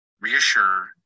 reassure